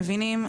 מבינים,